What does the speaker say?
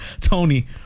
Tony